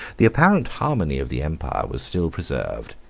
the apparent harmony of the empire was still preserved,